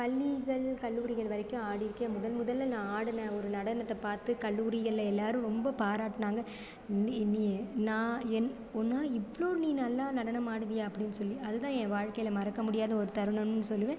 பள்ளிகள் கல்லூரிகள் வரைக்கும் ஆடியிருக்கேன் முதல் முதலில் நான் ஆடின ஒரு நடனத்தை பார்த்து கல்லூரிகளில் எல்லாேரும் ரொம்ப பாராட்டினாங்க நீ நீ நான் உன்னால் இவ்வளோ நீ நல்லா நடனம் ஆடுவீயா அப்படின்னு சொல்லி அதுதான் என் வாழ்க்கையில் மறக்க முடியாத ஒரு தருணம்னு சொல்வேன்